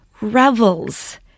revels